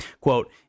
quote